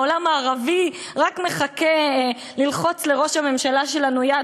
העולם הערבי רק מחכה ללחוץ לראש הממשלה שלנו יד.